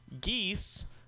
geese